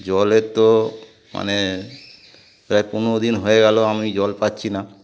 জলের তো মানে প্রায় পনেরো দিন হয়ে গেল আমি জল পাচ্ছি না